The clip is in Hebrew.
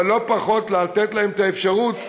אבל לא פחות, לתת להם את האפשרות להתפרנס.